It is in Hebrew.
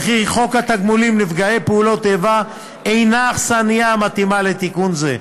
וכי חוק התגמולים לנפגעי פעולות איבה אינו האכסניה המתאימה לתיקון זה.